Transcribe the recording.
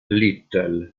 little